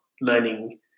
learning